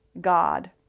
God